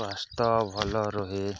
ସ୍ୱାସ୍ଥ୍ୟ ଭଲ ରୁହେ